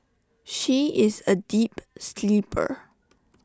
she is A deep sleeper